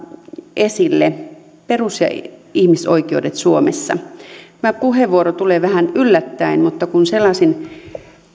esille perus ja ihmisoikeudet suomessa tämä puheenvuoro tulee vähän yllättäen mutta kun selasin